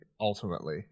ultimately